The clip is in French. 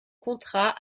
contrat